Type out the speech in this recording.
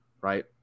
right